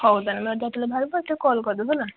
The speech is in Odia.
ହେଉ ତା'ହେଲେ ଯେତେବେଳେ ବାହାରିବୁ ଟିକିଏ କଲ୍ କରିଦେବୁ ହେଲା